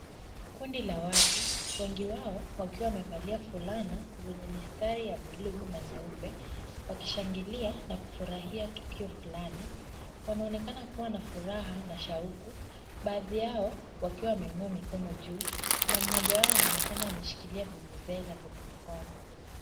Kundi la watu, wengi wao wakiwa wamevalia fulana zenye mistari ya buluu na nyeupe, wakishangilia na kufurahia tukio fulani. Wanaonekana kuwa na furaha na shauku. Baadhi yao wakiwa wameinua mikono juu na mmoja wao anaonekana ameshikilia vuvuzela kwenye mkono.